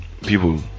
People